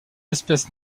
espèce